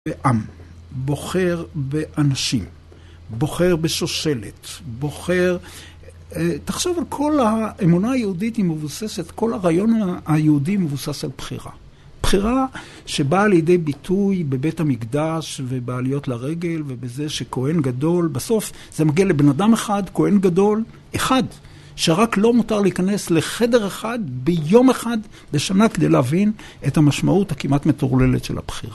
בעם, בוחר באנשים, בוחר בשושלת, בוחר... תחשוב על כל האמונה היהודית היא מבוססת, כל הרעיון היהודי מבוסס על בחירה. בחירה שבאה לידי ביטוי בבית המקדש ובעליות לרגל ובזה שכהן גדול, בסוף זה מגיע לבן אדם אחד, כהן גדול, אחד, שרק לו מותר להיכנס לחדר אחד ביום אחד בשנה כדי להבין את המשמעות הכמעט מטורללת של הבחירה.